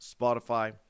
Spotify